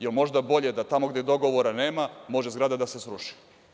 Jel možda bolje da tamo gde dogovora nema, može zgrada da se sruši?